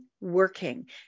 working